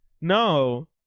No